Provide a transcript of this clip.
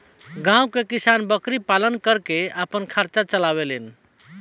गांव के किसान बकरी पालन के काम करके आपन खर्चा के चलावे लेन